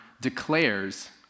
declares